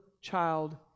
child